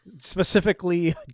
specifically